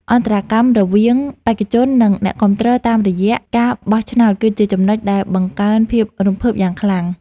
អន្តរកម្មរវាងបេក្ខជន និង អ្នកគាំទ្រតាមរយៈការបោះឆ្នោតគឺជាចំណុចដែលបង្កើនភាពរំភើបយ៉ាងខ្លាំង។